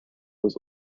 was